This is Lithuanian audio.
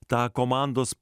tą komandos